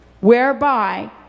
whereby